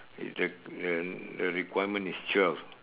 is the the the requirement is twelve